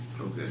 Okay